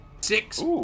Six